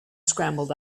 scrambled